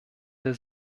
der